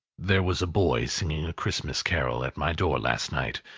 there was a boy singing a christmas carol at my door last night.